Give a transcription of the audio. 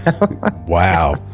Wow